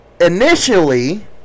Initially